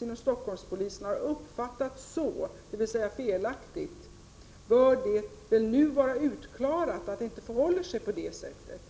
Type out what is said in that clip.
inom Stockholmpolisen har uppfattats felaktigt, nu bör vara utklarat att det inte förhåller sig på det sättet.